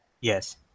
Yes